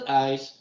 eyes